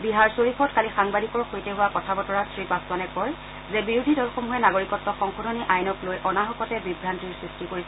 বিহাৰশ্বৰীফত কালি সাংবাদিকৰ সৈতে হোৱা কথা বতৰাত শ্ৰীপাছোৱানে কয় যে বিৰোধী দলসমূহে নাগৰিকত্ব সংশোধনী আইনক লৈ অনাহকতে বিভ্ৰান্তিৰ সৃষ্টি কৰিছে